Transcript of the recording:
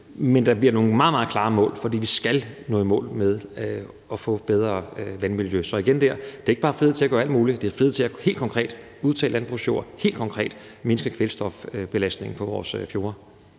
men der bliver nogle meget, meget klare mål, for vi skal nå i mål med at få bedre vandmiljø. Så igen der vil jeg sige, at det ikke bare er frihed til at gøre alt muligt, men frihed til helt konkret at udtage landbrugsjord, til helt konkret at mindske kvælstofbelastningen af vores fjorde.